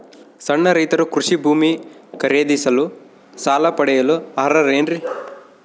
ಸಣ್ಣ ರೈತರು ಕೃಷಿ ಭೂಮಿ ಖರೇದಿಸಲು ಸಾಲ ಪಡೆಯಲು ಅರ್ಹರೇನ್ರಿ?